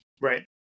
right